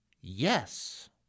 Yes